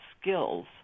skills